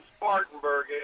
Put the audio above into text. Spartanburg